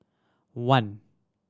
one